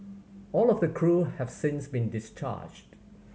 all of the crew have since been discharged